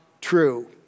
true